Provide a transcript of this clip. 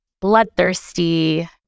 bloodthirsty